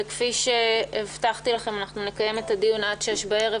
וכפי שהבטחתי לכם נקיים את הדיון עד 18:00 בערב,